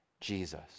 Jesus